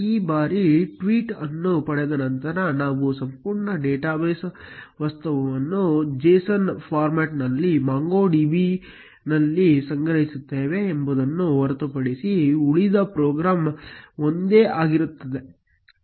ಈ ಬಾರಿ ಟ್ವೀಟ್ ಅನ್ನು ಪಡೆದ ನಂತರ ನಾವು ಸಂಪೂರ್ಣ ಟ್ವೀಟ್ ವಸ್ತುವನ್ನು JSON ಫಾರ್ಮ್ಯಾಟ್ನಲ್ಲಿ MongoDB ನಲ್ಲಿ ಸಂಗ್ರಹಿಸುತ್ತೇವೆ ಎಂಬುದನ್ನು ಹೊರತುಪಡಿಸಿ ಉಳಿದ ಪ್ರೋಗ್ರಾಂ ಒಂದೇ ಆಗಿರುತ್ತದೆ